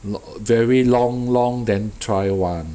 n~ very long long then try [one]